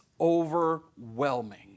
overwhelming